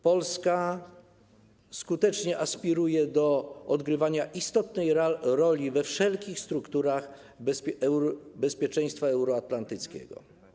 Polska skutecznie aspiruje do odgrywania istotnej roli we wszelkich strukturach bezpieczeństwa euroatlantyckiego.